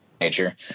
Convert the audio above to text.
Nature